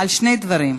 על שני דברים.